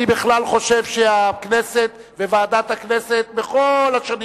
אני בכלל חושב שהכנסת וועדת הכנסת כל השנים